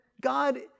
God